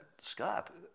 Scott